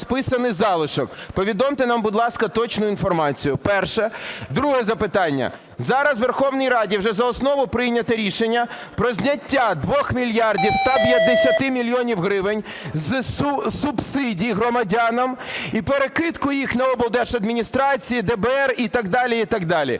Повідомте нам, будь ласка, точну інформацію. Перше. Друге запитання. Зараз у Верховній Раді вже за основу прийняте рішення про зняття 2 мільярдів 150 мільйонів гривень з субсидій громадянам і перекидку їх на облдержадміністрації, ДБР і так далі. В мене до